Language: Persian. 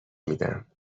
میدم